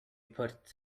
puts